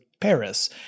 Paris